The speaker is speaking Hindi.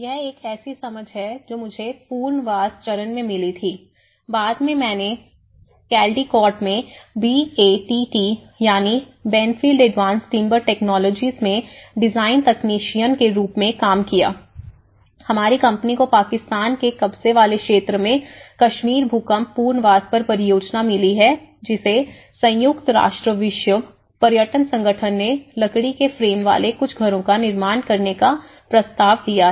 यह एक ऐसी समझ है जो मुझे पुनर्वास चरण में मिली थी बाद में मैंने कैलडिकोट में बी ए टी टी में डिजाइन तकनीशियन के रूप में काम किया हमारी कंपनी को पाकिस्तान के कब्जे वाले क्षेत्र में कश्मीर भूकंप पुनर्वास पर परियोजना मिली है जिसे संयुक्त राष्ट्र विश्व पर्यटन संगठन ने लकड़ी के फ्रेम वाले कुछ घरों का निर्माण करने का प्रस्ताव दिया है